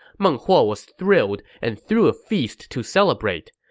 meng huo was thrilled and threw a feast to celebrate.